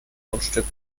grundstück